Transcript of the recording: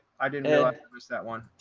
i didn't miss that one.